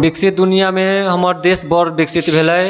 विकसित दुनिआँमे हमर देश बड़ विकसित भेलै